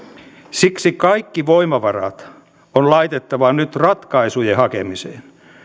siksi kaikki voimavarat on laitettava nyt ratkaisujen hakemiseen